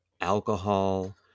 alcohol